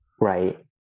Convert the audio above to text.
right